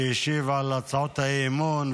שהשיב על הצעות האי-אמון.